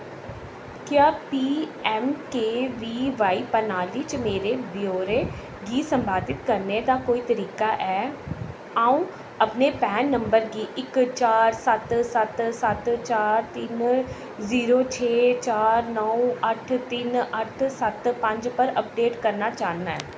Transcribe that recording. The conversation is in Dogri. क्या P M K V Y प्रणाली च मेरे ब्यौरे गी संपादित करने दा कोई तरीका ऐ आऊं अपने पैन नंबर गी इक चार सत्त सत्त सत्त चार तिन जीरो छे चार नौ अट्ठ तिन अट्ठ सत्त पंज पर अपडेट करना चाह्न्नां